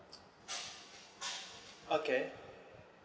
okay